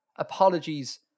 Apologies